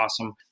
awesome